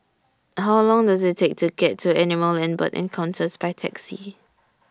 How Long Does IT Take to get to Animal and Bird Encounters By Taxi